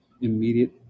immediate